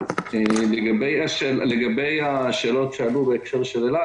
לגבי השאלות בהקשר לאל-על,